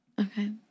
Okay